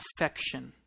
affection